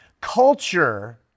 culture